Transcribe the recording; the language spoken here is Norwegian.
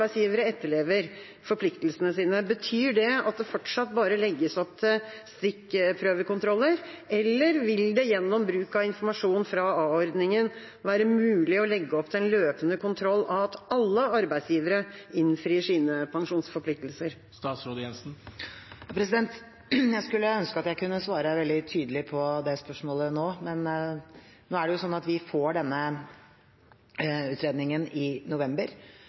etterlever forpliktelsene sine. Betyr det at det fortsatt bare legges opp til stikkprøvekontroller, eller vil det gjennom bruk av informasjon fra a-ordningen være mulig å legge opp til en løpende kontroll av at alle arbeidsgivere innfrir sine pensjonsforpliktelser? Jeg skulle ønske jeg kunne svare veldig tydelig på det spørsmålet nå, men vi får denne utredningen i november